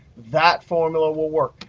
that formula will work.